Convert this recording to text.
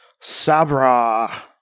sabra